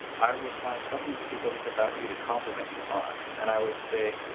i would find something specific about you to compliment you on. and i would say,